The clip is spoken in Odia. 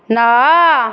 ନଅ